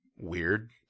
weird